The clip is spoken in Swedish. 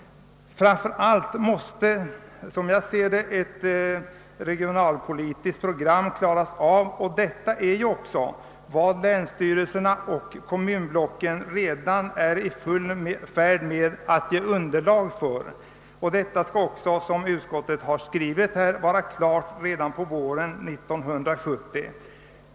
Framför allt måste då, som jag ser saken, ett regionalpolitiskt program klaras av, och detta är också vad länsstyrelserna och kommunblocken redan är i full färd med att skapa underlag för. Som utskottet också här har skrivit skall detta arbete vara klart redan på våren 1970.